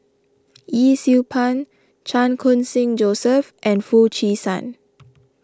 Yee Siew Pun Chan Khun Sing Joseph and Foo Chee San